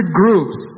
groups